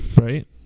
Right